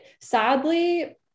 sadly